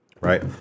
right